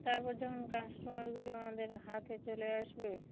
তারপর যখন কাস্টমারগুলো আমাদের হাতে চলে আসবে